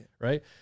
Right